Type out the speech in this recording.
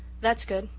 that's good,